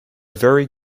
very